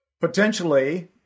potentially